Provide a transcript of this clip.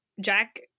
Jack